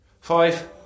Five